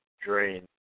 drain